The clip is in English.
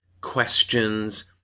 questions